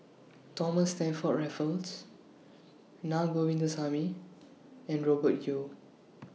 Thomas Stamford Raffles Naa Govindasamy and Robert Yeo